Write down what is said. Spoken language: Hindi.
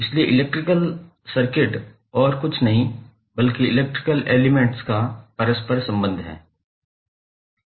इसलिए इलेक्ट्रिक सर्किट और कुछ नहीं बल्कि इलेक्ट्रिकल एलिमेंट्स का परस्पर संबंध है